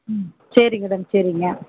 ம் சரி மேடம் சரிங்க